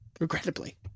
regrettably